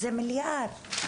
זה מיליארד.